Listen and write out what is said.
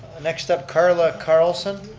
next up, carla carlson.